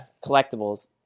collectibles